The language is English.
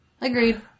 agreed